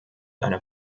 einer